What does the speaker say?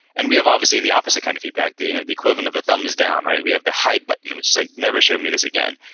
and we have obviously the opposite kind of feedback, the the equivalent of the thumbs down, right? we have the hide button, which is like never show me this again.